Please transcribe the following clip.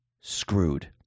screwed